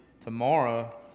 tomorrow